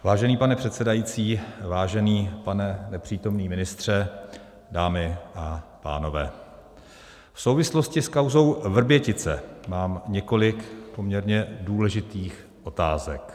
Vážený pane předsedající, vážený pane nepřítomný ministře, dámy a pánové, v souvislosti s kauzou Vrbětice mám několik poměrně důležitých otázek.